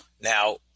Now